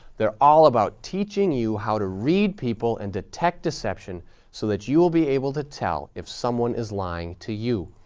they're all about teaching you how to read people and detect deception so that you will be able to tell if someone is lying to you.